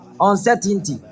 Uncertainty